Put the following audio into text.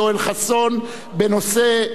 בנושא: משבר הגיוס,